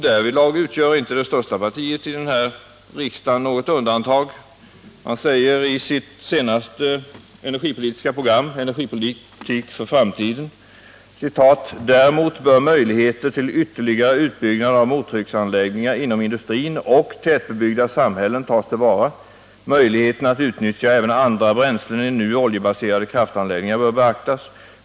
Därvidlag utgör inte det största partiet i den här riksdagen något undantag; man säger i sitt senaste energipolitiska program, Energipolitik för framtiden: ”Däremot bör möjligheter till ytterligare utbyggnad av mottrycksanläggningar inom industrin och tätbebyggda samhällen tas till vara. Möjligheten att utnyttja även andra bränslen i nu oljebaserade kraftanläggningar bör beaktas.